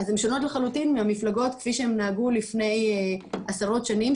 אז הן שונות לחלוטין מהמפלגות כפי שהן נהגו לפני עשרות שנים,